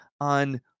on